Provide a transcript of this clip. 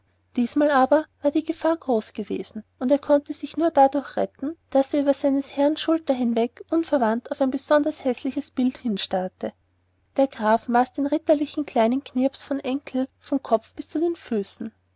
diesmal aber war die gefahr groß gewesen und er konnte sich nur dadurch retten daß er über seines herrn schulter hinweg unverwandt auf ein besonders häßliches bild hinstarrte der graf maß den ritterlichen kleinen knirps von enkel vom kopf bis zu den füßen